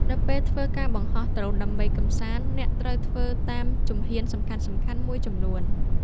នៅពេលធ្វើការបង្ហោះដ្រូនដើម្បីកម្សាន្ត អ្នកត្រូវធ្វើតាមជំហានសំខាន់ៗមួយចំនួន។